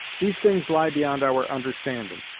these things lie beyond our understandin',